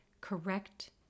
correct